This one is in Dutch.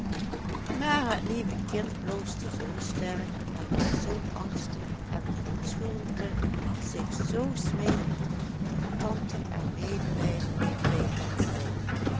maar het lieve kind bloosde zoo sterk en was zoo angstig en verontschuldigde zich zoo smeekend dat tante er medelijden mee kreeg en zei